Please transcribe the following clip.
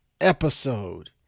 episode